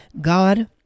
god